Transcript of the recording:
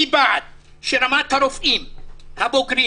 אני בעד שרמת הרופאים הבוגרים,